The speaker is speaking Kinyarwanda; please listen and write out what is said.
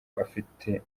ufite